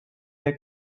der